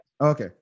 Okay